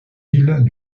îles